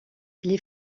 les